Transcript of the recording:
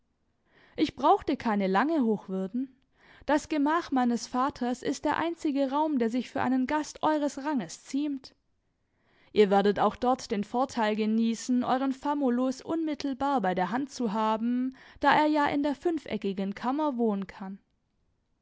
ich brauchte keine lange hochwürden das gemach meines vaters ist der einzige raum der sich für einen gast eures ranges ziemt ihr werdet auch dort den vorteil genießen euren famulus unmittelbar bei der hand zu haben da er ja in der fünfeckigen kammer wohnen kann